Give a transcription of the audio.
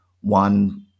one